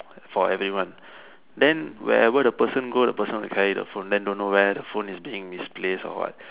for everyone then wherever the person go the person will carry the phone then don't know where the phone is being misplace or what